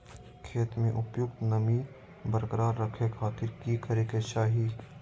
खेत में उपयुक्त नमी बरकरार रखे खातिर की करे के चाही?